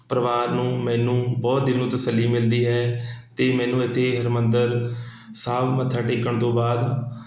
ਪਰਿਵਾਰ ਨੂੰ ਮੈਨੂੰ ਬਹੁਤ ਦਿਲ ਨੂੰ ਤਸੱਲੀ ਮਿਲਦੀ ਹੈ ਅਤੇ ਮੈਨੂੰ ਇੱਥੇ ਹਰਿਮੰਦਰ ਸਾਹਿਬ ਮੱਥਾ ਟੇਕਣ ਤੋਂ ਬਾਅਦ